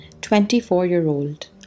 24-year-old